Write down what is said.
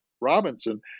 Robinson